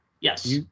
Yes